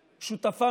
אותך.